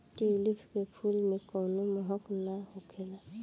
tulip के फूल में कवनो महक नाइ होखेला